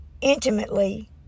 intimately